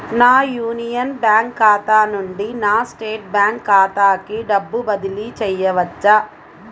నా union bank ఖాతా నుండి నా స్టేట్ బ్యాంకు ఖాతాకి డబ్బు బదిలి చేయవచ్చా?